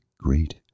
great